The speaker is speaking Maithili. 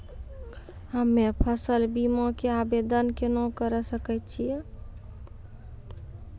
हम्मे फसल बीमा के आवदेन केना करे सकय छियै?